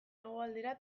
hegoaldera